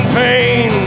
pain